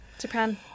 Japan